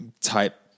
type